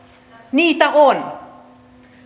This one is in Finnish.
niitä on